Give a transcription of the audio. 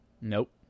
Nope